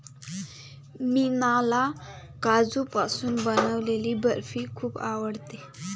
मीनाला काजूपासून बनवलेली बर्फी खूप आवडते